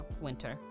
winter